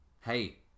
Hey